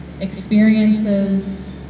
Experiences